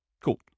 Cool